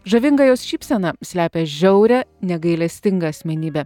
žavinga jos šypsena slepia žiaurią negailestingą asmenybę